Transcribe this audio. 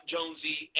Jonesy